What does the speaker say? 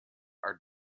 are